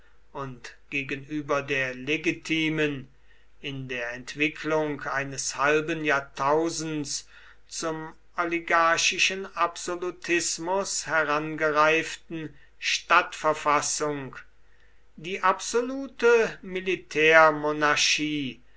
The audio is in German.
und gegenüber der legitimen in der entwicklung eines halben jahrtausends zum oligarchischen absolutismus herangereiften stadtverfassung die absolute